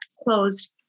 closed